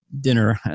dinner